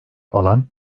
alan